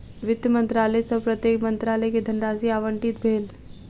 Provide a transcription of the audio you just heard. वित्त मंत्रालय सॅ प्रत्येक मंत्रालय के धनराशि आवंटित भेल